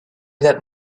that